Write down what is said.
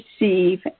receive